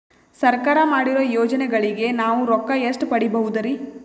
ಸರ್ಕಾರ ಮಾಡಿರೋ ಯೋಜನೆಗಳಿಗೆ ನಾವು ರೊಕ್ಕ ಎಷ್ಟು ಪಡೀಬಹುದುರಿ?